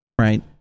right